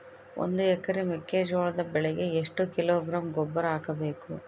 ಒಂದು ಎಕರೆ ಮೆಕ್ಕೆಜೋಳದ ಬೆಳೆಗೆ ಎಷ್ಟು ಕಿಲೋಗ್ರಾಂ ಗೊಬ್ಬರ ಹಾಕಬೇಕು?